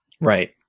right